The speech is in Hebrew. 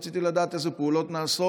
רציתי לדעת: איזה פעולות נעשות?